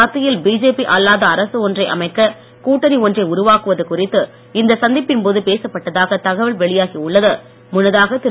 மத்தியில் பிஜேபி அல்லாத அரசு ஒன்றை அமைக்க கூட்டணி ஒன்றை உருவாக்குவது குறித்து இந்த சந்திப்பின் போது பேசப்பட்டதாக தகவல் வெளியாகி முன்னதாக திரு